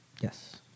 Yes